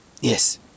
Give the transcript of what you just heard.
Yes